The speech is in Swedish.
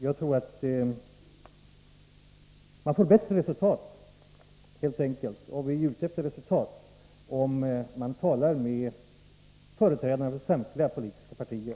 Jag tror att resultatet blir bättre — och vi är ju ute efter resultat — om man talar med företrädare för samtliga politiska partier.